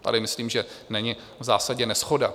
Tady myslím, že není v zásadě neshoda.